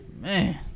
Man